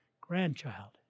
grandchild